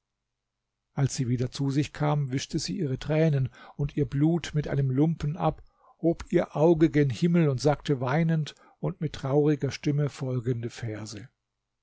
als sie wieder zu sich kam wischte sie ihre tränen und ihr blut mit einem lumpen ab hob ihr auge gen himmel und sagte weinend und mit trauriger stimme folgende verse